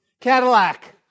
Cadillac